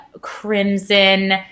crimson